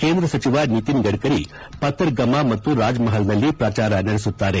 ಕೇಂದ್ರ ಸಚಿವ ನಿತಿನ್ ಗಢರಿ ಪಥರ್ ಗಮಾ ಮತ್ತು ರಾಜ್ಮಹಲ್ನಲ್ಲಿ ಪ್ರಚಾರ ನಡೆಸುತ್ತಾರೆ